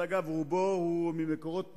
אגב, רובו הוא ממקורות פנימיים,